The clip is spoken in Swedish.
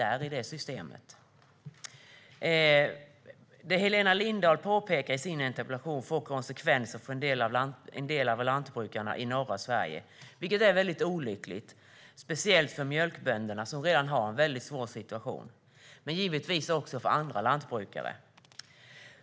Den indelning som Helena Lindahl pekar på i sin interpellation får konsekvenser för en del av lantbrukarna i norra Sverige. Det är olyckligt, speciellt för mjölkbönderna som redan har en svår situation men givetvis också för andra lantbrukare.